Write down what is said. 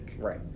Right